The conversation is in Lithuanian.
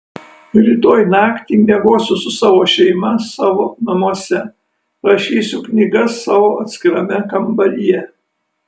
rytoj naktį miegosiu su savo šeima savo namuose rašysiu knygas savo atskirame kambaryje